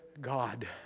God